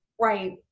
Right